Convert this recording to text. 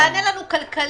תענה לנו כלכלית,